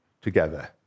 together